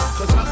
Cause